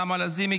נעמה לזימי,